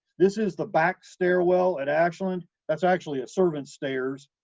this is the back stairwell at ashland. that's actually a servant stairs,